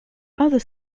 other